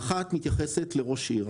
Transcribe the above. האחת מתייחסת לראש עיר.